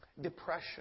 depression